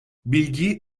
bilgi